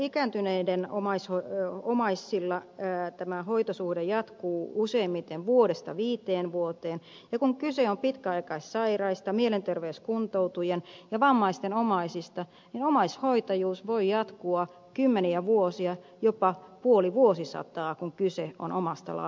ikääntyneiden omaisilla tämä hoitosuhde jatkuu useimmiten vuodesta viiteen vuoteen ja kun kyse on pitkäaikaissairaiden mielenterveyskuntoutujien ja vammaisten omaisista niin omaishoitajuus voi jatkua kymmeniä vuosia jopa puoli vuosisataa kun kyse on omasta lapsesta